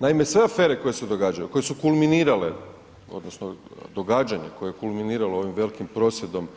Naime, sve afere koje se događaju koje su kulminirale odnosno događanje koje je kulminiralo ovim velikim prosvjedom